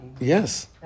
Yes